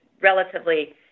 relatively